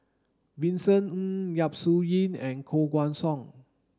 Vincent Ng Yap Su Yin and Koh Guan Song